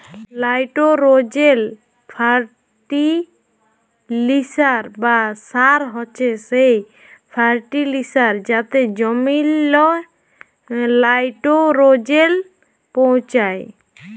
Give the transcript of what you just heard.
লাইটোরোজেল ফার্টিলিসার বা সার হছে সেই ফার্টিলিসার যাতে জমিললে লাইটোরোজেল পৌঁছায়